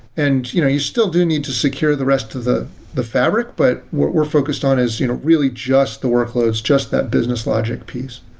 and you still do need to secure the rest of the the fabric, but what we're focused on is really just the workloads, just that business logic piece.